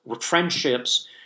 friendships